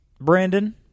Brandon